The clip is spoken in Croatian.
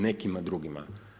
Nekima drugima.